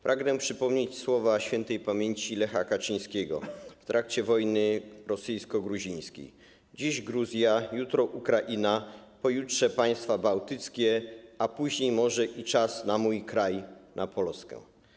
Pragnę przypomnieć słowa śp. Lecha Kaczyńskiego w trakcie wojny rosyjsko-gruzińskiej: Dziś Gruzja, jutro Ukraina, pojutrze państwa bałtyckie, a później może i czas na mój kraj, na Polskę.